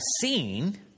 seen